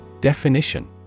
Definition